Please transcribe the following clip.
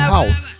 House